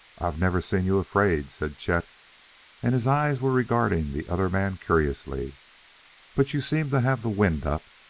i've never seen you afraid, said chet and his eyes were regarding the other man curiously but you seem to have the wind up,